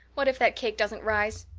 what if that cake doesn't rise?